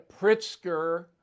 pritzker